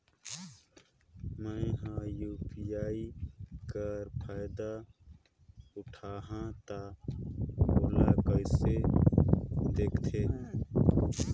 मैं ह यू.पी.आई कर फायदा उठाहा ता ओला कइसे दखथे?